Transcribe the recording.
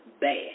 bad